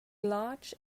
large